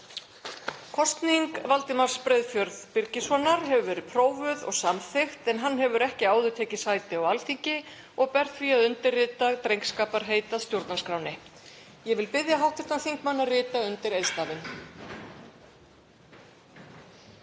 Kosning Valdimars Breiðfjörðs Birgissonar hefur verið prófuð og samþykkt en hann hefur ekki áður tekið sæti á Alþingi og ber því að undirskrifa drengskaparheit að stjórnarskránni. Ég vil biðja hv. þingmann að rita undir heitstafinn.